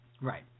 Right